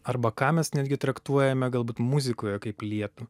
arba ką mes netgi traktuojame galbūt muzikoje kaip lietų